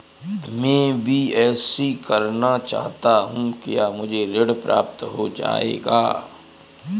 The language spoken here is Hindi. मैं बीएससी करना चाहता हूँ क्या मुझे ऋण प्राप्त हो जाएगा?